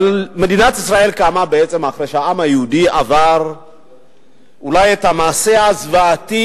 אבל מדינת ישראל קמה אחרי שהעם היהודי עבר אולי את המעשה הזוועתי,